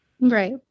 Right